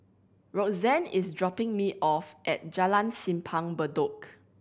Roxann is dropping me off at Jalan Simpang Bedok